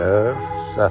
earth